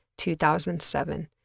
2007